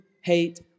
hate